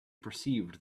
perceived